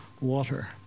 water